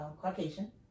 Caucasian